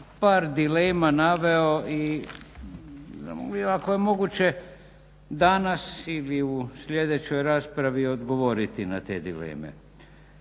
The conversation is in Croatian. par dilema naveo i ako je moguće danas ili u sljedećoj raspravi odgovoriti na te dileme.